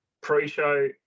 Pre-show